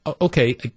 okay